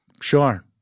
Sure